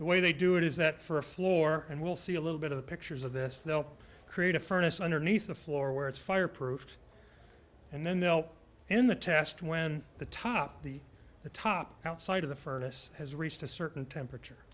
the way they do it is that for a floor and we'll see a little bit of pictures of this they'll create a furnace underneath the floor where it's fireproof and then though in the test when the top the the top outside of the furnace has reached a certain temperature